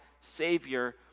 savior